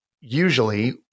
usually